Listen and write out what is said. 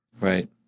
Right